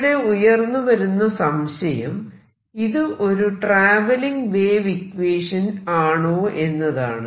ഇവിടെ ഉയർന്നു വരുന്ന സംശയം ഇത് ഒരു ട്രാവെല്ലിങ് വേവ് ഇക്വേഷൻ ആണോ എന്നതാണ്